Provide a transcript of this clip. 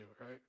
right